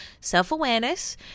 self-awareness